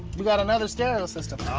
we got another stereo system.